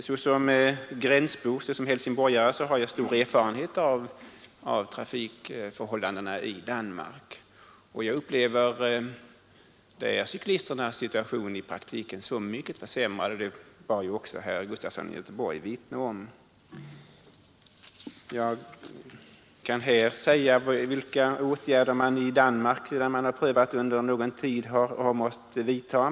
Såsom helsingborgare och gränsbo har jag stor erfarenhet av trafikförhållandena i Danmark, och jag upplever cyklisternas situation där som i praktiken mycket försämrad; det bar ju också herr Gustafson i Göteborg vittne om. Jag vill här nämna vilka åtgärder man i Danmark har måst vidta, sedan man prövat de nya bestämmelserna under någon tid.